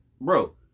Bro